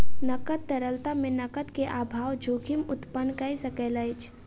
नकद तरलता मे नकद के अभाव जोखिम उत्पन्न कय सकैत अछि